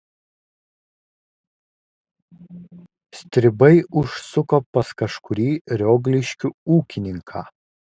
stribai užsuko pas kažkurį riogliškių ūkininką